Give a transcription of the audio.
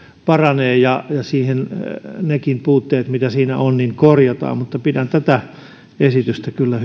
paranee ja nekin puutteet mitä siinä on korjataan mutta pidän tätä esitystä kyllä